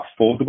affordable